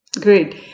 Great